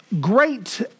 great